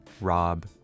Rob